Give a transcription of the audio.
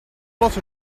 lot